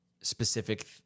specific